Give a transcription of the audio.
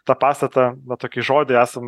tą pastatą va tokį žodį esam